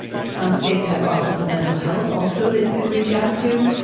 some states have offices of mental health also that you can reach out to.